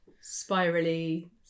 Spirally